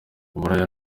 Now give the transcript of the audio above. uburaya